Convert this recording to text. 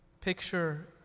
Picture